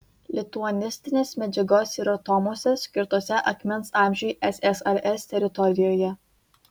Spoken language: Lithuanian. lituanistinės medžiagos yra tomuose skirtuose akmens amžiui ssrs teritorijoje